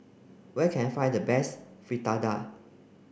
where can I find the best Fritada